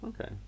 Okay